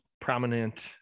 prominent